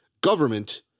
government